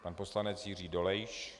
Pan poslanec Jiří Dolejš.